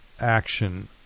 action